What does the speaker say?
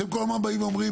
אתם כל הזמן באים ואומרים,